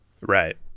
right